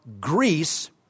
Greece